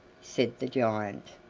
said the giant.